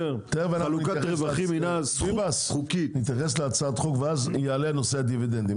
נתייחס להצעת החוק ואז יעלה נושא הדיבידנדים.